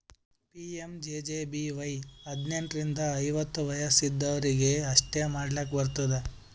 PMJJBY ಹದ್ನೆಂಟ್ ರಿಂದ ಐವತ್ತ ವಯಸ್ ಇದ್ದವ್ರಿಗಿ ಅಷ್ಟೇ ಮಾಡ್ಲಾಕ್ ಬರ್ತುದ